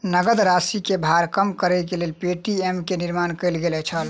नकद राशि के भार कम करैक लेल पे.टी.एम के निर्माण कयल गेल छल